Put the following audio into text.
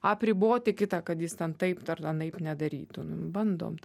apriboti kitą kad jis ten taip tar anaip nedarytų nu bandom tą